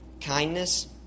kindness